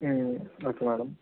okay madam